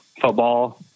football